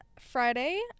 Friday